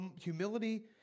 humility